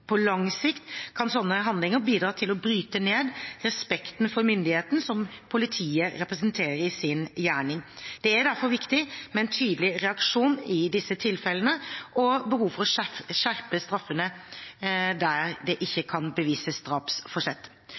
På lang sikt kan slike handlinger bidra til å bryte ned respekten for myndigheten som politiet representerer i sin gjerning. Det er derfor viktig med en tydelig reaksjon i disse tilfellene og behov for å skjerpe straffene der det ikke kan bevises